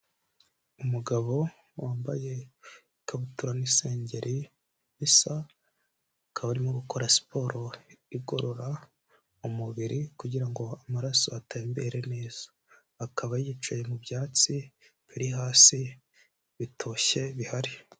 Umugabo wambaye ikabutura n'isengeri isa akaba arimo gukora siporo igorora umubiri kugira ngo amaraso atembere neza, akaba yicaye mu byatsi biri hasi bitoshye bihari.